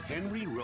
Henry